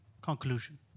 conclusion